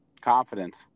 Confidence